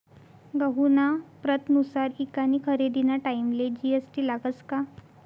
गहूना प्रतनुसार ईकानी खरेदीना टाईमले जी.एस.टी लागस का?